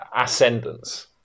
ascendance